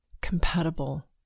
compatible